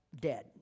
dead